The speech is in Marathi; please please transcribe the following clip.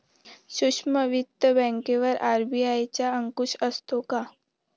सूक्ष्म वित्त बँकेवर आर.बी.आय चा अंकुश असतो का?